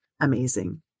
Amazing